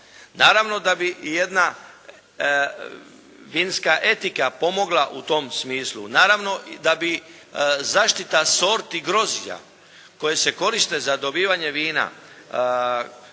Naravno da bi jedna vinska etika pomogla u tom smislu, naravno da bi zaštita sorti grožđa koje se koriste za dobivanje vina kroz